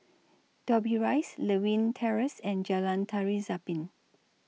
Dobbie Rise Lewin Terrace and Jalan Tari Zapin